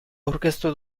aurkeztu